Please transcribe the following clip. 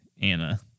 Anna